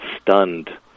stunned